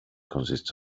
consists